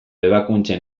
ebakuntzen